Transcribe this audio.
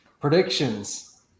predictions